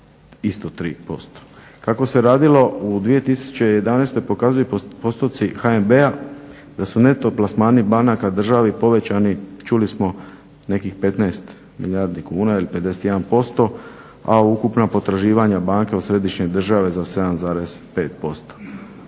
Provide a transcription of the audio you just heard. isto 11,3%. Kako se radilo u 2011. pokazuju i postotci HNB-a da su neto plasmani banaka državi povećani čuli smo nekih 15 milijardi kuna ili 51%, a ukupna potraživanja banke od središnje države za 7,5%.